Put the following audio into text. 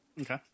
okay